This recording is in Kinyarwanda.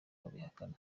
babihakana